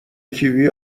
کیوی